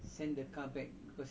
oh